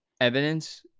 evidence